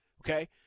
okay